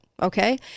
Okay